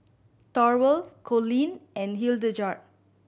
Thorwald Coleen and Hildegard